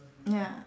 ya